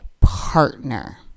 partner